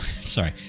Sorry